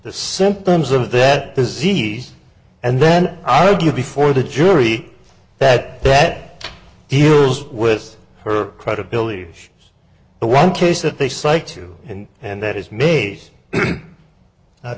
the symptoms of that disease and then i do before the jury that that deals with her credibility is the one case that they psych to and and that is